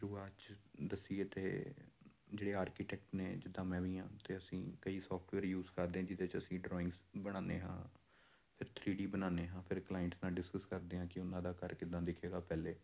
ਸ਼ੁਰੂਆਤ 'ਚ ਦੱਸੀਏ ਤਾਂ ਜਿਹੜੇ ਆਰਕੀਟੈਕ ਨੇ ਜਿੱਦਾਂ ਮੈਂ ਵੀ ਹਾਂ ਤਾਂ ਅਸੀਂ ਕਈ ਸੋਫਟਵੇਅਰ ਯੂਜ ਕਰਦੇ ਜਿਹਦੇ 'ਚ ਅਸੀਂ ਡਰਾਇੰਗ ਬਣਾਉਂਦੇ ਹਾਂ ਫਿਰ ਥ੍ਰੀ ਡੀ ਬਣਾਉਂਦੇ ਹਾਂ ਫਿਰ ਕਲਾਇੰਟ ਨਾਲ ਡਿਸਕਸ ਕਰਦੇ ਹਾਂ ਕਿ ਉਹਨਾਂ ਦਾ ਘਰ ਕਿੱਦਾਂ ਦਿਖੇਗਾ ਪਹਿਲਾਂ